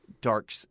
dark